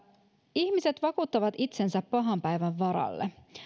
ihmiset vakuuttavat itsensä pahan päivän varalle